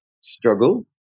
struggle